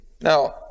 Now